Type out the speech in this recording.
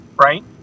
right